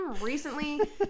recently